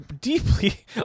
deeply